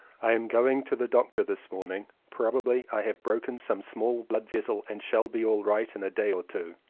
i am going to the doctor this morning. probably i have broken some small blood vessel and shall be all right in a day or two.